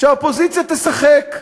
שהאופוזיציה תשחק,